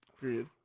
period